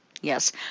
yes